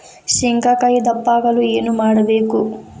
ಶೇಂಗಾಕಾಯಿ ದಪ್ಪ ಆಗಲು ಏನು ಮಾಡಬೇಕು?